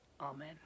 Amen